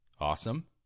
awesome